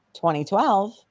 2012